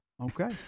Okay